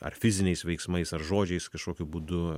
ar fiziniais veiksmais ar žodžiais kažkokiu būdu